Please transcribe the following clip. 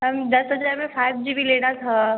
ma'am दस हजार में सात जी बी लेना था